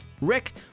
Rick